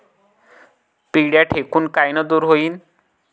पिढ्या ढेकूण कायनं दूर होईन?